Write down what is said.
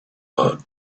but